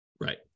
Right